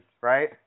right